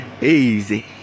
easy